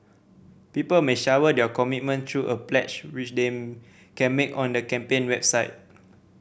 people may shower their commitment through a pledge which they can make on the campaign website